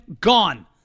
gone